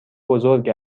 بزرگ